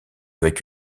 avec